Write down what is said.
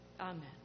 Amen